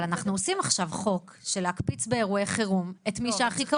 אבל אנחנו עושים עכשיו חוק של להקפיץ באירועי חירום את מי שהכי קרוב.